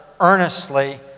earnestly